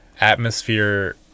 atmosphere